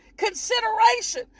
consideration